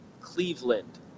Cleveland